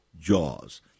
jaws